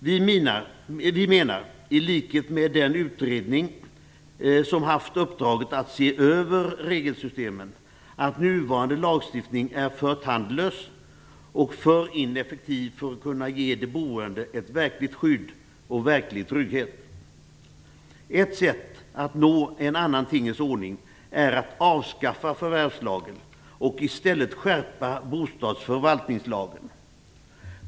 Vi menar, i likhet med den utredning som har haft i uppdrag att se över regelsystemen, att den nuvarande lagstiftningen är för tandlös och ineffektiv för att de boende skall kunna ges ett verkligt skydd och en verklig trygghet. Ett sätt att nå en annan tingens ordning är att avskaffa förvärvslagen och i stället skärpa bostadsförvaltningslagen.